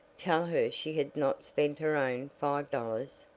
tell her she had not spent her own five dollars,